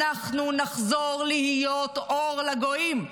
אנחנו נחזור להיות אור לגויים.